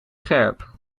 scherp